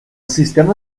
sistema